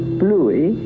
bluey